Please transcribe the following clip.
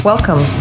Welcome